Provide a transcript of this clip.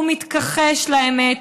הוא מתכחש לאמת,